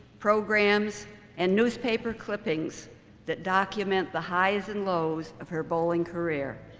programs and newspaper clippings that document the highs and lows of her bowling career.